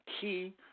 key